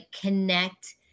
connect